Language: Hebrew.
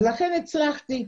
לכן הצלחתי.